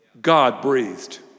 God-breathed